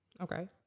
Okay